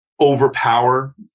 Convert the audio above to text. overpower